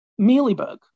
Mealybug